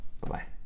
Bye-bye